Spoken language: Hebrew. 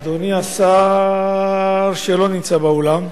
אדוני השר שלא נמצא באולם,